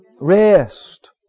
Rest